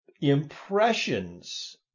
impressions